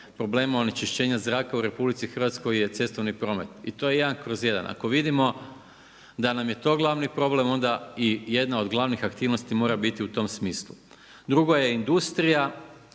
problema od onečišćenja zraka u RH je cestovni problem. I to je jedan kroz jedan. Ako vidimo da nam je to glavni problem, onda i jedna od glavnih aktivnosti mora biti u tom smislu. Drugo je industrija,